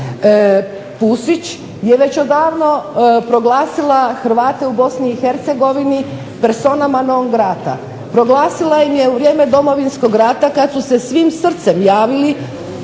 Pusić je već odavno proglasila Hrvate u BiH personama non grata. Proglasila ih je u vrijeme Domovinskog rata kada su se svim srcem javili